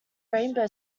rainbow